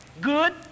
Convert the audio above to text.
Good